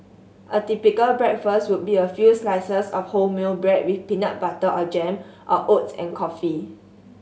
a typical breakfast would be a few slices of wholemeal bread with peanut butter or jam or oats and coffee